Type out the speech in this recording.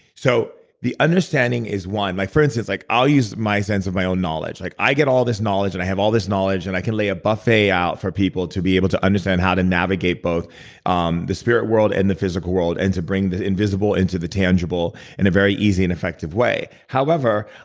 so the understanding is, one. for instance, like i'll use my sense of my own knowledge. like i get all this knowledge, and i have all this knowledge, and i can lay a buffet out for people to be able to understand how to navigate both um the spirit world and the physical world and to bring the invisible into the tangible in a very easy and effective way. however,